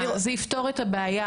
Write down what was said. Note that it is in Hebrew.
זה יפתור את הבעיה,